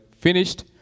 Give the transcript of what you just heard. finished